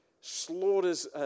slaughters